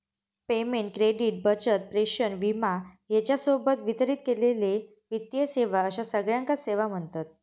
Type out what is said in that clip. payment, credit, बचत, प्रेषण, विमा ह्येच्या सोबत वितरित केलेले वित्तीय सेवा अश्या सगळ्याकांच सेवा म्ह्णतत